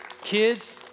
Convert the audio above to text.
Kids